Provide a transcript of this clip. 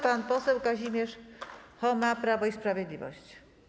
Pan poseł Kazimierz Choma, Prawo i Sprawiedliwość.